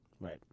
Right